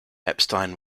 epstein